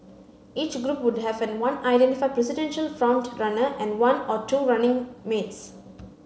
each group would have one identified presidential front runner and one or two running mates